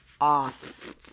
off